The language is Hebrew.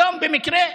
היום, במקרה.